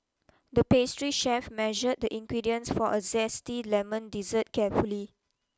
the pastry chef measured the ingredients for a zesty lemon dessert carefully